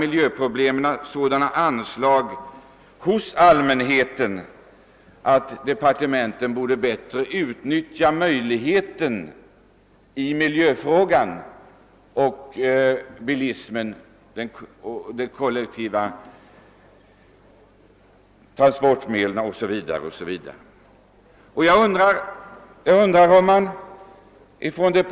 Miljöproblemen möter ett sådant gensvar hos allmänheten att departementet bättre borde utnyttja möjligheterna att göra insatser för de kollektiva transportmedlen gentemot bilismen.